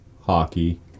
hockey